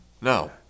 No